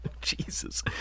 Jesus